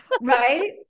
right